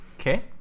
Okay